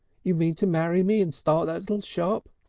you mean to marry me and start that little shop